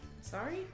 Sorry